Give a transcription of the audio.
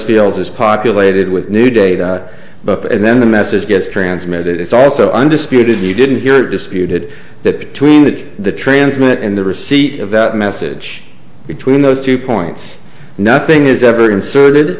fields is populated with new data but then the message gets transmitted it's also undisputed you didn't hear it disputed that between it's the transmit and the receipt of that message between those two points nothing is ever